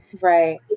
Right